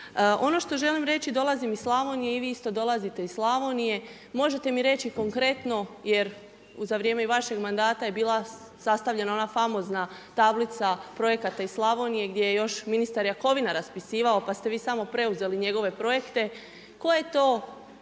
Ono što želim reći, dolazim iz Slavonije i vi isto dolazite iz Slavonije. Možete mi reći konkretno jer za vrijeme vašeg mandata je bila sastavljena ona famozna tablica projekata iz Slavonije gdje je još ministar Jakovina raspisivao, pa ste vi samo preuzeli njegove projekte. Tko je to